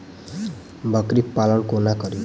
बकरी पालन कोना करि?